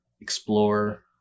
explore